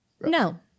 No